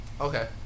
Okay